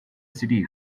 city